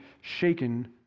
shaken